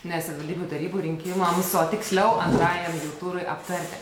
ne savivaldybių tarybų rinkimams o tiksliau antrajam turui aptarti